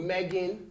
Megan